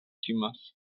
timas